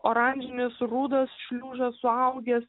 oranžinis rudas šliužas suaugęs